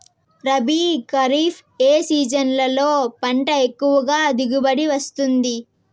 రబీ, ఖరీఫ్ ఏ సీజన్లలో పంట ఎక్కువగా దిగుబడి వస్తుంది